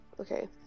Okay